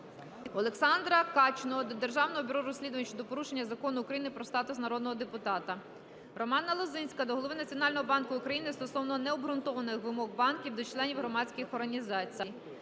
Олександра Качного до Державного бюро розслідувань щодо порушення Закону України "Про статус народного депутата". Романа Лозинського до Голови Національного банку України стосовно необґрунтованих вимог банків до членів громадських організацій.